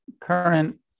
current